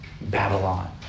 Babylon